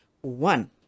One